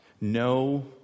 no